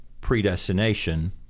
predestination